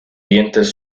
dientes